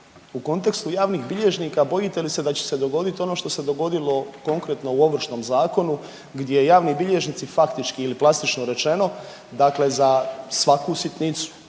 u kontekstu javnih bilježnika bojite li se da će se dogodit ono što se dogodilo konkretno u Ovršnom zakonu gdje javni bilježnici faktički ili plastično rečeno dakle za svaku sitnicu